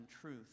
truth